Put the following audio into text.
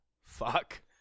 fuck